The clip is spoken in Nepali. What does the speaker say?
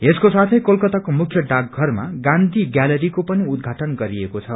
यसको साथै कोलकाताको मुख्य डाकघरमा गाँधी गैलरीको पनि उद्धाटन गरिएको छ